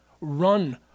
run